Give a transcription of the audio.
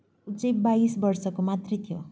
ऊ चाहिँ बाइस वर्षको मात्रै थियो